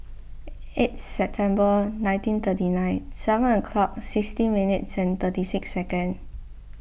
eight September nineteen thirty nine seven o'clock sixteen minutes and thirty six seconds